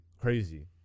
crazy